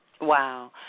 Wow